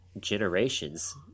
generations